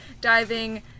diving